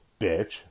bitch